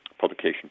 publication